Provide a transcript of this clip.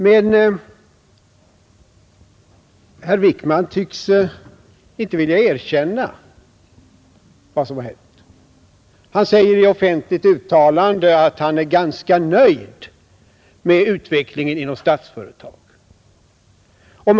Men herr Wickman tycks inte vilja erkänna vad som hänt. Han har i ett offentligt uttalande sagt att han är ganska nöjd med utvecklingen inom Statsföretag.